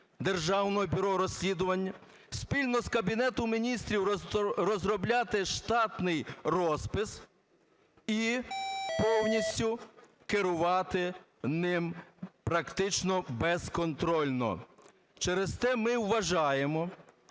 Державного бюро розслідувань, спільно з Кабінетом Міністрів розробляти штатний розпис і повністю керувати ним практично безконтрольно. Через те ми вважаємо,